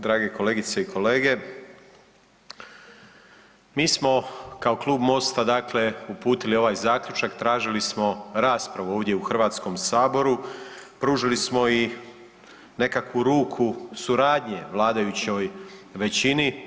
Dragi kolegice i kolege, mi smo kao klub MOST-a dakle uputili ovaj zaključak, tražili smo raspravu ovdje u Hrvatskom saboru, pružili smo i nekakvu ruku suradnje vladajućoj većini.